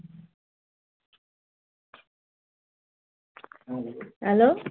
hello